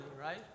right